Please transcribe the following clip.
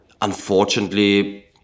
unfortunately